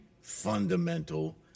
fundamental